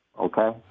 okay